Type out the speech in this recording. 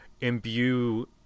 imbue